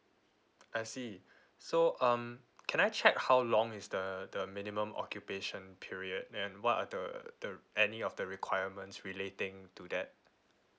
I see so um can I check how long is the the minimum occupation period and what are the the any of the requirements relating to that